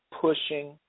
pushing